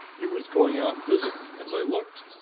it was going out visibly, as i looked.